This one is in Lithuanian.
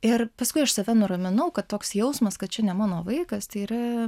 ir paskui aš save nuraminau kad toks jausmas kad čia ne mano vaikas tai yra